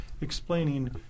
explaining